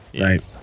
right